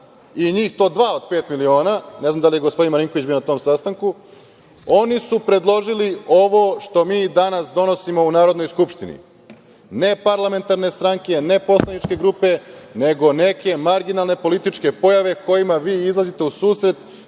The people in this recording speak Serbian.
i njih to dva od pet miliona, ne znam da li da je gospodin Marinković bio na tom sastanku, oni su predložili ovo što mi danas donosimo u Narodnoj skupštini, ne parlamentarne stranke, ne poslaničke grupe, nego neke marginalne političke pojave kojima vi izlazite u susret